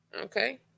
okay